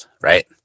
right